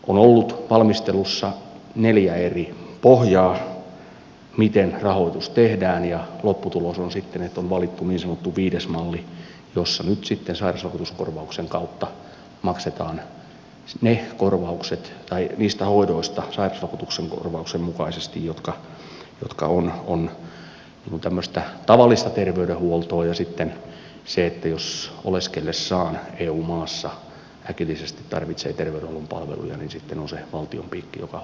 on ollut valmistelussa neljä eri pohjaa miten rahoitus tehdään ja lopputulos on sitten että on valittu niin sanottu viides malli jossa nyt sitten maksetaan sairausvakuutuksen korvauksen mukaisesti niistä hoidoista jotka ovat tämmöistä tavallista terveydenhuoltoa ja sitten jos oleskellessaan eu maassa äkillisesti tarvitsee terveydenhuollon palveluja on se valtion piikki joka huolehtii näistä